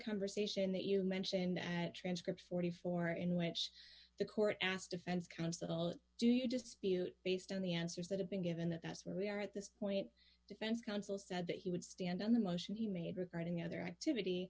conversation that you mentioned that transcript forty four in which the court asked defense counsel do you just spew based on the answers that have been given that that's where we are at this point defense counsel said that he would stand on the motion he made regarding other activity